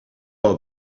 are